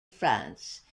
france